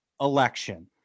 election